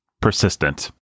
persistent